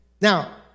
Now